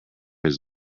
his